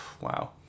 wow